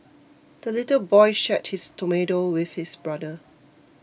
the little boy shared his tomato with his brother